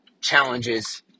challenges